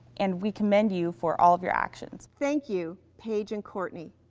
and we commend you for all of your actions. thank you paige and courtney,